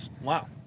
Wow